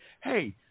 Hey